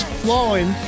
flowing